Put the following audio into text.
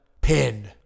Pin